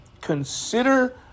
consider